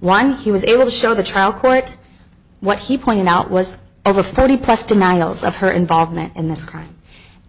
one he was able to show the trial court what he pointed out was ever thirty plus denials of her involvement in this crime